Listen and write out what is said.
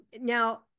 Now